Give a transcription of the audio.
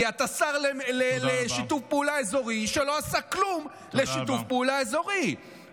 כי אתה שר לשיתוף פעולה אזורי שלא עשה כלום לשיתוף פעולה אזורי.